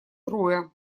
трое